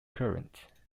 current